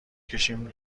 کشیم